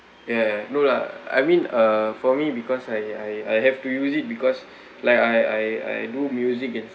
ya ya no lah I mean uh for me because I I I have to use it because like I I I do music